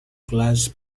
class